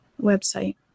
website